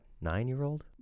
nine-year-old